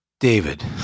David